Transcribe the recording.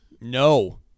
No